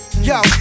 Yo